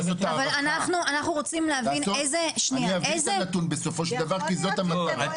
אני אביא את הנתון בסופו של דבר כי זאת המטרה.